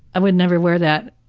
i would never wear that.